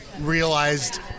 realized